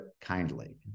kindly